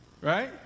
right